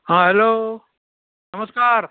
हां हॅलो नमस्कार